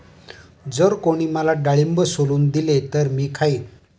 जर कोणी मला डाळिंब सोलून दिले तर मी खाईन